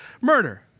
murder